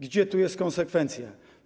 Gdzie tu jest konsekwencja?